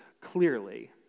clearly